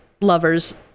lover's